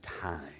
time